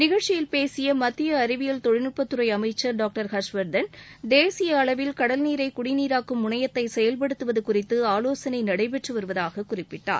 நிகழ்ச்சியில் பேசிய மத்திய அறிவியல் தொழில்நுட்பத் துறை அமைச்சர் டாக்டர் ஹர்ஷவர்தன் தேசிய அளவில் கடல்நீரை குடிநீராக்கும் முனையத்தை செயல்படுத்தவது குறித்து ஆலோசனை நடைபெற்று வருவதாக குறிப்பிட்டார்